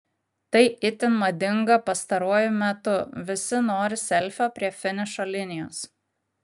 tai itin madinga pastaruoju metu visi nori selfio prie finišo linijos